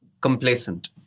complacent